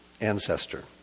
ancestor